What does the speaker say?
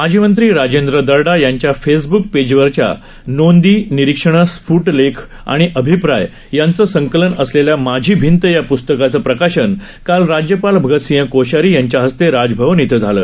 माजी मंत्री राजेंद्र दर्डा यांच्या फेसबूक पेजवरच्या नोंदी निरीक्षणं स्फ्ट लेख आणि अभिप्राय यांचं संकलन असलेल्या माझी भिंत या प्स्तकाचं प्रकाशन काल राज्यपाल भगतसिंह कोश्यारी यांच्या हस्ते राजभवन इथं झालं